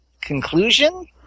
conclusion